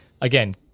again